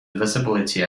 visibility